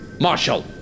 Marshall